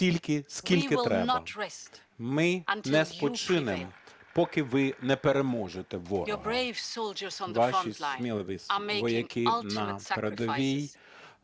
Ми не спочинемо, поки ви не переможете ворога. Ваші сміливі вояки на передовій